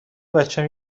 بچم